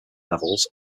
levels